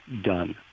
done